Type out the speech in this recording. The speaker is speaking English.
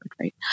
right